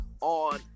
on